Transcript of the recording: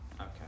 okay